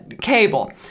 cable